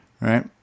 Right